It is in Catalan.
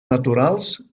naturals